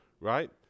right